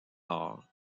nord